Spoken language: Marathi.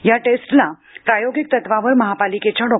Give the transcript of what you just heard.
या टेस्टला प्रायोगिक तत्त्वावर महापालिकेच्या डॉ